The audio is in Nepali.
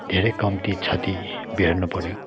धेरै कम्ती क्षति बेहोर्नु पर्यो